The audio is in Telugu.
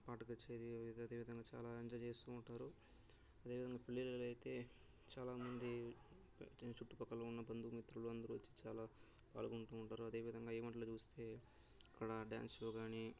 పాట కచేరి అదేవిధంగా చాలా ఎంజాయ్ చేస్తూ ఉంటారు అదేవిధంగా పెళ్ళిల్లలో అయితే చాలామంది చుట్టూ పక్కన ఉన్న బంధుమిత్రులు అందరూ వచ్చి చాలా పాల్గొంటూ ఉంటారు అదేవిధంగా ఈవెంట్లు చూస్తే అక్కడ డ్యాన్స్ షో కాని